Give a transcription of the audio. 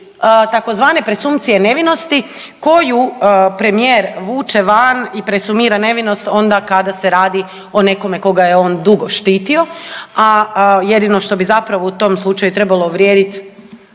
tzv. presumpcije nevinosti koju premijer vuče van i presumira nevinost onda kada se radi o nekome koga je on dugo štitio. A jedino što bi zapravo u tom slučaju trebalo vrijedit,